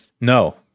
No